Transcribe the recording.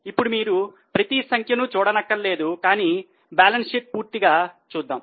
ఇప్పుడు మీరు ప్రతి సంఖ్యను చూడనక్కరలేదు కానీ మనము మిగులు పత్రము పూర్తిగా చూద్దాం